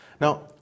Now